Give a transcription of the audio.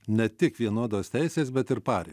ne tik vienodos teisės bet ir parei